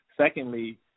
Secondly